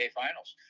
finals